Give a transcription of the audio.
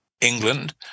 England